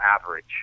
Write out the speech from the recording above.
average